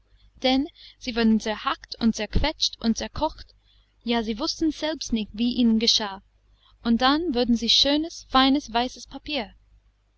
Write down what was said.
denn sie wurden zerhackt und zerquetscht und zerkocht ja sie wußten selbst nicht wie ihnen geschah und dann wurden sie schönes feines weißes papier